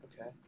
Okay